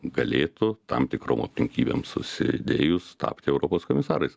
galėtų tam tikrom aplinkybėm susidėjus tapti europos komisarais